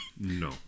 No